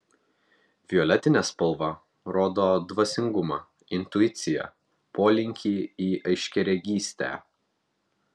violetinė spalva rodo dvasingumą intuiciją polinkį į aiškiaregystę